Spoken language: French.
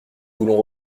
voulons